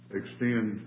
extend